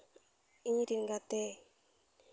ᱤᱧ ᱨᱮᱱ ᱜᱟᱛᱮ